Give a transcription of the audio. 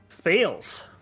Fails